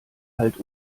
halt